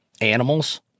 animals—